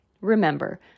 remember